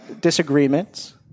Disagreements